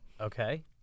Okay